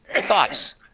Thoughts